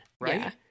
right